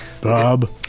Bob